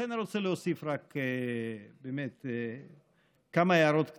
לכן אני רוצה להוסיף רק כמה הערות קטנות.